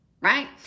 right